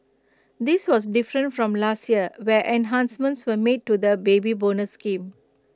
this was different from last year where enhancements were made to the Baby Bonus scheme